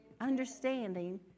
Understanding